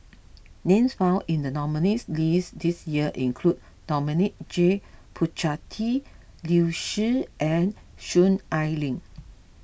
names found in the nominees' list this year include Dominic J Puthucheary Liu Si and Soon Ai Ling